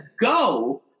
Go